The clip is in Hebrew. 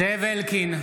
זאב אלקין,